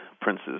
Prince's